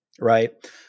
right